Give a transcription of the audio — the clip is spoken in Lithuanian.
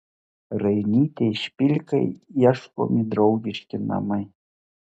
rainytei špilkai ieškomi draugiški namai